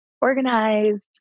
organized